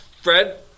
Fred